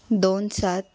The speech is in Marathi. दोन सात